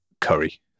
curry